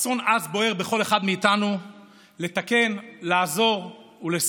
רצון עז בוער בכל אחד מאיתנו לתקן, לעזור ולסייע.